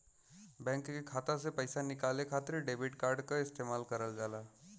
bank के खाता से पइसा निकाले खातिर डेबिट कार्ड क इस्तेमाल करल जाला